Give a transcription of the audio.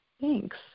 Thanks